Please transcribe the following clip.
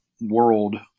world